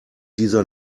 dieser